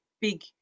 big